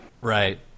Right